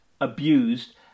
abused